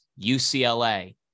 UCLA